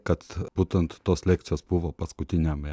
kad būtent tos lekcijos buvo paskutiniame